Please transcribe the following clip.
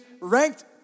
ranked